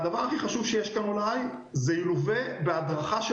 הדבר הכי חשוב שיש כאן הוא שזה ילווה בהדרכה של